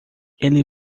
ele